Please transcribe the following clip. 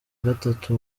gatatu